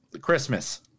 Christmas